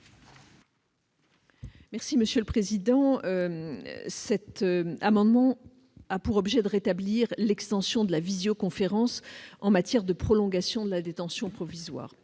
Mme la garde des sceaux. Cet amendement a pour objet de rétablir l'extension du recours à la visioconférence en matière de prolongation de la détention provisoire.